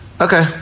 Okay